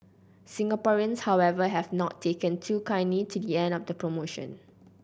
Singaporeans however have not taken too kindly to the end of the promotion